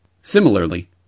Similarly